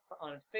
on